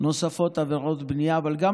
נוספות עבירות בנייה ביהודה ושומרון,